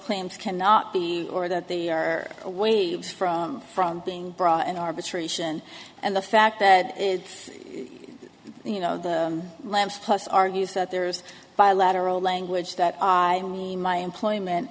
claims cannot be or that they are waves from from being brought in arbitration and the fact that it's you know the lambs plus argues that there's bilateral language that my employment